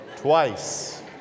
twice